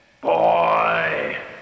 Boy